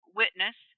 witness